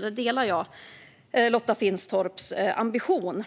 Där delar jag Lotta Finstorps ambition.